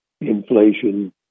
inflation